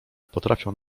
potrafią